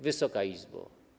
Wysoka Izbo!